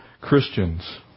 Christians